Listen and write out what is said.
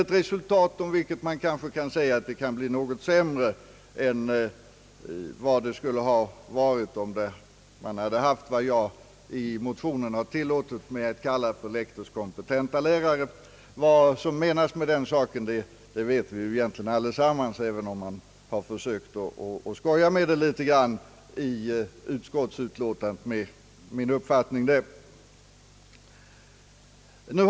ett resultat, om vilket man skulle kunna säga att det kan bli något sämre än det skulle blivit om man haft vad jag i motionen tillåtit mig kalla lektorskompetenta lärare. Vad som menas med den saken vet vi allesammans, även om man försökt skoja litet grand med min uppfattning i utskottets utlåtande.